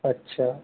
अच्छा